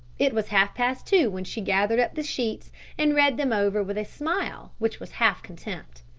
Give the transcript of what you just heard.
it was half-past two when she gathered up the sheets and read them over with a smile which was half contempt.